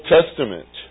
Testament